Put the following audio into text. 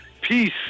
Peace